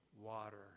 water